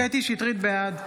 (קוראת בשם חברת הכנסת) קטי קטרין שטרית, בעד